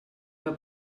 veu